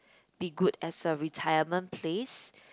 be good as a retirement place